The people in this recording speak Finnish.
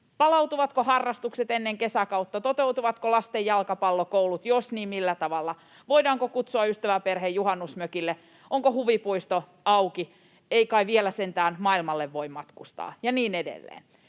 palautuvatko harrastukset ennen kesäkautta, toteutuvatko lasten jalkapallokoulut, jos, niin millä tavalla, voidaanko kutsua ystäväperhe juhannusmökille, onko huvipuisto auki, ei kai vielä sentään maailmalle voi matkustaa, ja niin edelleen?